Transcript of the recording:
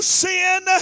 sin